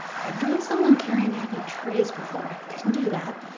i've drawn someone carrying heavy trays before. i can do that.